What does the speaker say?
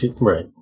right